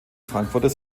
frankfurter